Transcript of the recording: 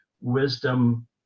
wisdom